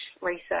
research